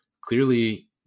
clearly